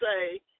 say